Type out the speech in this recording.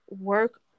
work